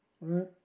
right